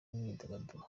n’imyidagaduro